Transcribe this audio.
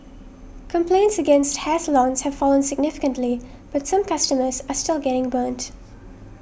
complaints against hair salons have fallen significantly but some customers are still getting burnt